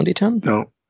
No